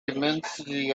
immensity